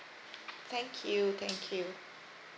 thank you thank you